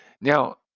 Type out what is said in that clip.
Now